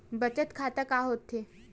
बचत खाता का होथे?